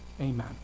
Amen